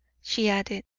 she added,